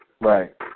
Right